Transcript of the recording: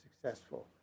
successful